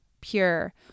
pure